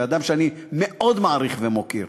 בן-אדם שאני מאוד מעריך ומוקיר.